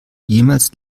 jemals